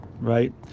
right